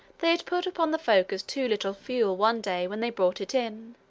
they had put upon the focus too little fuel one day when they brought it in.